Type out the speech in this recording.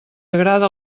agrada